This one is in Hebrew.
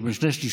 לא בשני שלישים,